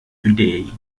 today